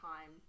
time